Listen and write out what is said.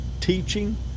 teaching